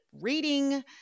reading